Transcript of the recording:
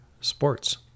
sports